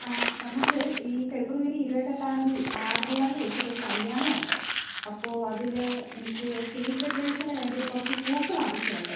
ആ നമ്മൾക്ക് ഈ ഫെബ്രുവരി ഇരുപത്തെട്ടാം ന്തീ ആർ ഡി ആറിൽ വച്ചിട്ട് ഒരു കല്ല്യാണം ഉണ്ട് അപ്പോൾ അതിൽ എനിക്ക് സ്റ്റേജ് ഡെക്കറേഷന് വേണ്ടിയിട്ട് കുറച്ച് പൂക്കൾ ആവശ്യം ഉണ്ട്